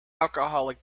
alcoholic